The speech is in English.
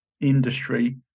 industry